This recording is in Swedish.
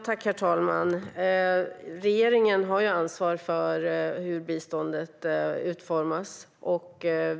Herr talman! Regeringen har ansvar för hur biståndet utformas.